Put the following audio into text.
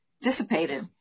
dissipated